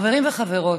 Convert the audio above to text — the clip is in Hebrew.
חברים וחברות,